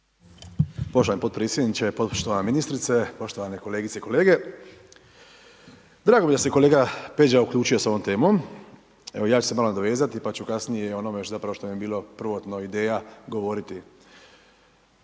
Poštovani potpredsjedniče, poštovani ministrice, poštovane kolegice i kolege. Drago mi je da se kolega Peđa uključio s ovom temom, ja ću se malo nadovezati, pa ću i kasnije o onome što mi je bilo prvotno ideja govoriti.